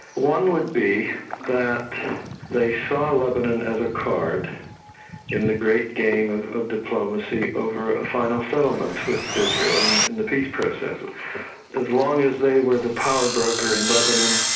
one would be that they saw lebanon as a card in the great game of of diplomacy over a final settlement with israel in in the peace process. as long as they were the power broker in lebanon,